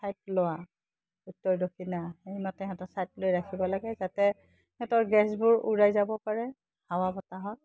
side লোৱা উত্তৰ দক্ষিণা সেইমতে সিহঁতৰ ছাইড লৈ ৰাখিব লাগে যাতে সিহঁতৰ গেছবোৰ উলাই যাব পাৰে হাৱা বতাহত